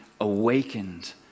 awakened